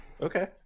Okay